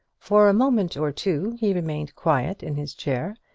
for a moment or two he remained quiet in his chair,